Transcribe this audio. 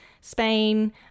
Spain